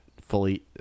fully